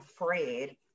afraid